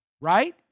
right